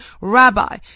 Rabbi